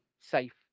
safe